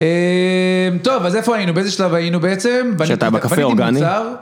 אההה, טוב, אז איפה היינו? באיזה שלב היינו, בעצם? -שאתה בקפה אורגני. -בניתי מוצר